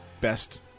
best